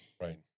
Right